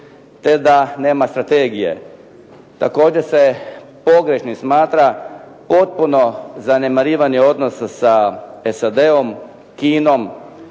te da nema strategije". Također se pogrešnim smatra potpuno zanemarivanje odnosa sa SAD-om, Kinom,